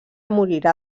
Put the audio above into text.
morirà